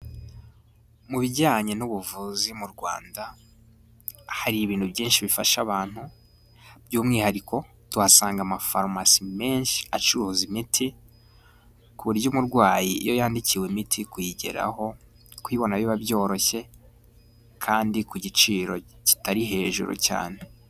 Mu bijyanye n'ubuvuzi mu Rwanda, hari ibintu byinshi bifasha abantu, by'umwihariko tuhasanga amafarumasi menshi acuruza imiti, ku buryo umurwayi iyo yandikiwe imiti, kuyigeraho, kuyibona, biba byoroshye kandi ku giciro kitari hejuru cyane.